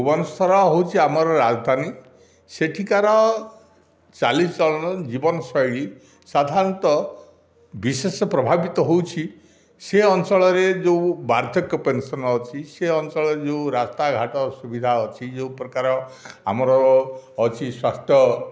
ଭୁବନେଶ୍ୱର ହେଉଛି ଆମର ରାଜଧାନୀ ସେଠିକାର ଚାଲିଚଳନ ଜୀବନ ଶୈଳୀ ସାଧାରଣତଃ ବିଶେଷ ପ୍ରଭାବିତ ହେଉଛି ସେ ଅଞ୍ଚଳରେ ଯେଉଁ ବାର୍ଦ୍ଧକ୍ୟ ପେନ୍ସନ୍ ଅଛି ସିଏ ଅଞ୍ଚଳରେ ଯେଉଁ ରାସ୍ତାଘାଟ ସୁବିଧା ଅଛି ଯେଉଁ ପ୍ରକାର ଆମର ଅଛି ସ୍ୱାସ୍ଥ୍ୟ